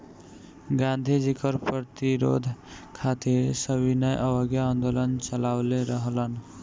गांधी जी कर प्रतिरोध खातिर सविनय अवज्ञा आन्दोलन चालवले रहलन